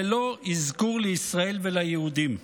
ללא אזכור של ישראל או היהודים.